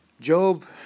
Job